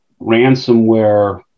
ransomware